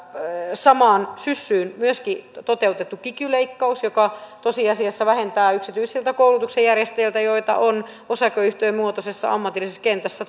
samaan syssyyn on myöskin toteutettu kiky leikkaus joka tosiasiassa vähentää yksityisiltä koulutuksenjärjestäjiltä joita on osakeyhtiömuotoisessa ammatillisessa kentässä